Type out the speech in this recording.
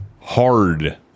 hard